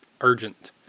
urgent